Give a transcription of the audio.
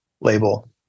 label